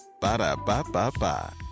Ba-da-ba-ba-ba